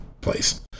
place